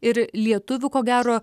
ir lietuvių ko gero